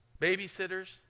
babysitters